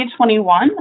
2021